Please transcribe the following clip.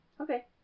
Okay